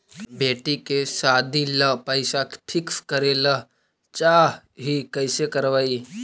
बेटि के सादी ल पैसा फिक्स करे ल चाह ही कैसे करबइ?